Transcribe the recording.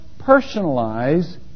personalize